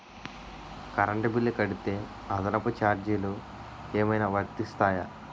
Current bill కడితే అదనపు ఛార్జీలు ఏమైనా వర్తిస్తాయా?